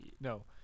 No